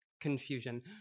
confusion